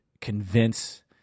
convince